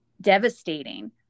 devastating